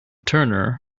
turner